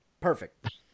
perfect